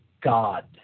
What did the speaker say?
God